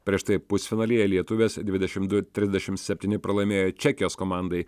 prieš tai pusfinalyje lietuvės dvidešim du trisdešim septyni pralaimėjo čekijos komandai